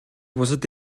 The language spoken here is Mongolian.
бусад